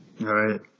Right